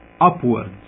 upwards